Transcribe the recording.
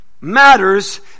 matters